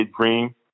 dream